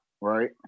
right